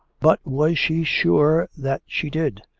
but was she sure that she did?